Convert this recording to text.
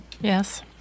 yes